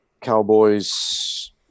Cowboys